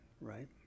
right